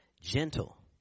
Gentle